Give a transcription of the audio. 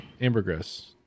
ambergris